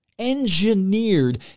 engineered